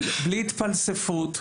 בלי התפלספות,